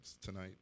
tonight